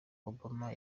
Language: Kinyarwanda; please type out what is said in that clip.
obama